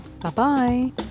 Bye-bye